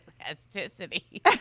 elasticity